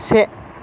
से